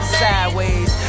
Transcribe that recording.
sideways